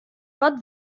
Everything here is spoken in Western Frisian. wat